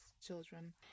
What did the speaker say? children